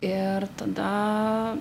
ir tada